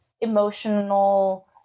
emotional